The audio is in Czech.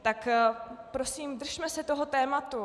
Tak prosím, držme se toho tématu.